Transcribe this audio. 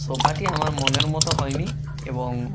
সোফাটি আমার মনের মতো হয় নি এবং